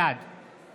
בעד